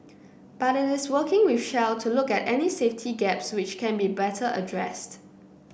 but it is working with Shell to look at any safety gaps which can be better addressed